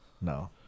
No